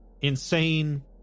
Insane